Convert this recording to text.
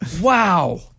Wow